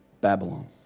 Babylon